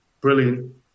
brilliant